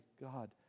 God